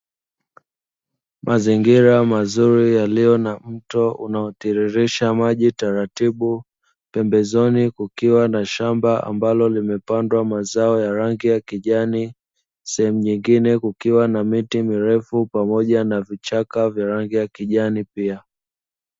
Mazingira mazuri yaliyo na mto unaotiririsha maji taratibu, pembezoni kukiwa na shamba ambalo limepandwa mazao ya rangi ya kijani sehemu nyingine kukiwa na miti mirefu pamoja na vichaka viwanja kijani pia.